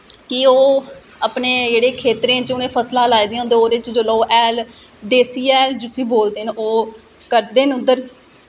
की ओह् अपने जेह्ड़े खेत्तरें च उ'नें फसलां लाई दियां होंदियां ओह्दे च जेल्लै ओह् हैल देसी हैल जिसी बोलदे न ओह् करदे न उद्धर